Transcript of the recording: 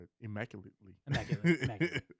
immaculately